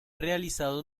realizado